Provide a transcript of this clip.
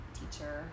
teacher